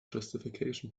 justification